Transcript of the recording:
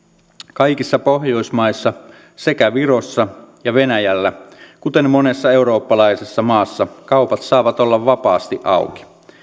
kaikissa pohjoismaissa sekä virossa ja venäjällä kuten monessa eurooppalaisessa maassa kaupat saavat olla vapaasti auki